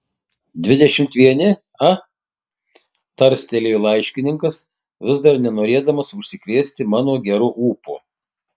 dvidešimt vieni a tarstelėjo laiškininkas vis dar nenorėdamas užsikrėsti mano geru ūpu